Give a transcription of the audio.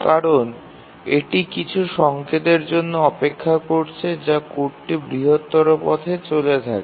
কারণ এটি কিছু সংকেতের জন্য অপেক্ষা করছে বা কোডটি বৃহত্তর পথে চলে গেছে